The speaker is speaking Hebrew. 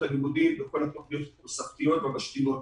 הלימודים בכל התוכניות התוספתיות והמשלימות